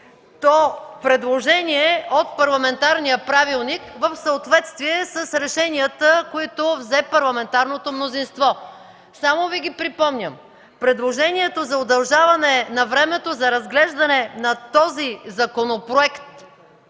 то предложение от Парламентарния правилник в съответствие с решенията, които взе парламентарното мнозинство. Само Ви ги припомням. Предложението за удължаване на времето за разглеждане на този законопроект